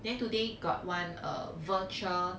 then today got one uh virtual